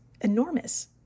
enormous